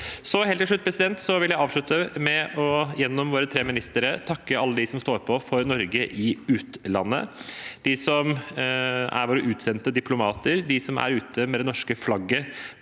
Helt til slutt vil jeg avslutte med å takke, gjennom våre tre ministere, alle dem som står på for Norge i utlandet – de som er våre utsendte diplomater, de som er ute med det norske flagget